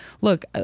Look